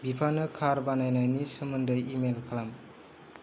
बिफानो कार बानायनायनि सोमोन्दै इमेल खालाम